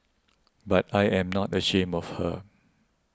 but I am not ashamed of her